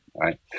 right